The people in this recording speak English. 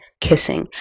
kissing